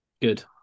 Good